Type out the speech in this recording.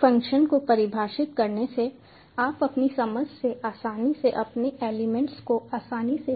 function को परिभाषित करने से आप अपनी समझ से आसानी से अपने इंप्लीमेंटेशन को आसानी से